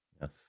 yes